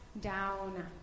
down